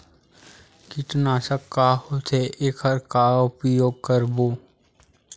कीटनाशक का होथे एखर का उपयोग करबो?